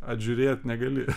atžiūrėt negali